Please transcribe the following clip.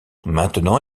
maintenant